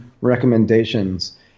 recommendations